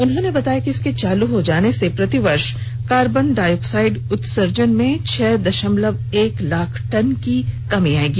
उन्होंने बताया कि इसके चालू हो जाने से प्रतिवर्ष कार्बन डाईआक्साइड उत्सर्जन में छह दशमलव एक लाख टन की कमी आएगी